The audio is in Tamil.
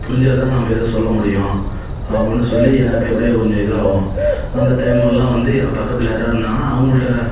புரிஞ்சால் தானே நம்ப எதா சொல்ல முடியும் அப்புன்னு சொல்லி எனக்கு அப்படியே கொஞ்சம் இதாகவும் அந்த டைமெல்லாம் வந்து எனக்கு பக்கத்தில் யாராவ் இருந்தாங்கன்னா அவங்கள்ட்ட